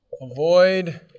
avoid